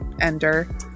Ender